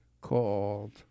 called